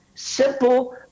Simple